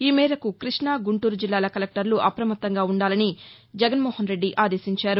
ఈ మేరకు కృష్ణా గుంటూరు జిల్లాల కలెక్టర్లు అప్రమత్తంగా ఉండాలని వైఎస్ జగన్మోహన్రెడ్డి ఆదేశించారు